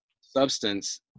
substance